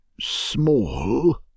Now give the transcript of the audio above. Small